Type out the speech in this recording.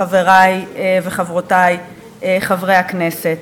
חברי וחברותי חברי הכנסת.